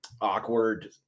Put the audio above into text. awkward